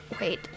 wait